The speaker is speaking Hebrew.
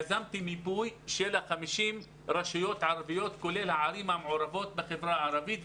יזמתי מיפוי של 50 הרשויות הערביות כולל הערים המעורבות בחברה הערבית.